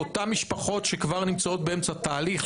אותן משפחות שכבר נמצאות באמצע תהליך,